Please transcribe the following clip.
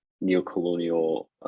neo-colonial